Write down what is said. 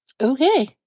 Okay